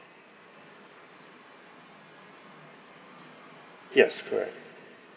yes correct